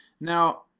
Now